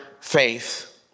faith